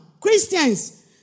Christians